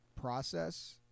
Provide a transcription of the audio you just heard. process